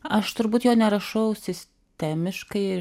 aš turbūt jo nerašau sistemiškai ir